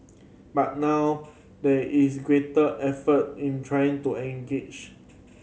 but now there is greater effort in trying to engage